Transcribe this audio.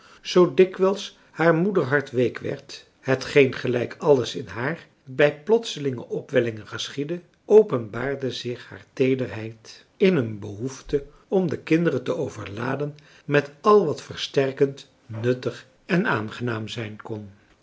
zoo dikwijls haar moederhart week werd hetgeen gelijk alles in haar bij plotselinge opwellingen geschiedde openbaarde zich haar teederheid in een behoefte om de kinderen te overladen met al wat versterkend nuttig en aangenaam zijn kon